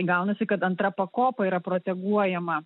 gaunasi kad antra pakopa yra proteguojama